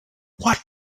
what